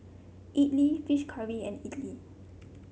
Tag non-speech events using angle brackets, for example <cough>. idly fish curry and <noise> idly